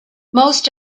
most